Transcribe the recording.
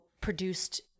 produced